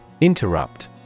Interrupt